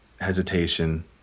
hesitation